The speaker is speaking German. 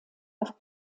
auf